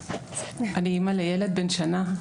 אני אמא לילד בן שנה,